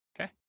Okay